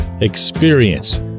experience